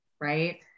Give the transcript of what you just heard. right